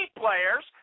players